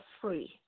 free